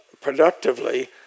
productively